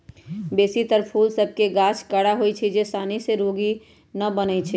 बेशी तर फूल सभ के गाछ कड़ा होइ छै जे सानी से रोगी न बनै छइ